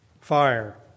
fire